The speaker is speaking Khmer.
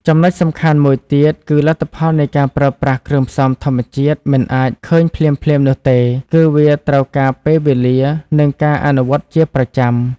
ចំណុចសំខាន់មួយទៀតគឺ លទ្ធផលនៃការប្រើប្រាស់គ្រឿងផ្សំធម្មជាតិមិនអាចឃើញភ្លាមៗនោះទេ គឺវាត្រូវការពេលវេលា និងការអនុវត្តជាប្រចាំ។